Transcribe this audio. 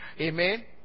Amen